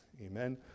Amen